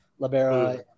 Labera